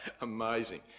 Amazing